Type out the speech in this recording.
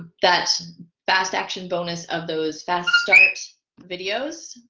that fast action bonus of those fast starts videos